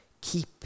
Keep